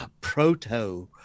proto